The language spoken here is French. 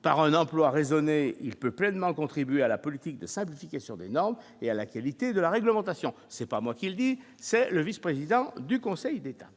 par un emploi raisonné, il peut pleinement contribuer à la politique de sa boutique sur des normes et à la qualité de la réglementation, c'est pas moi qui le dis, c'est le vice-président du Conseil d'État